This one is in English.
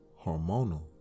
hormonal